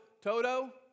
Toto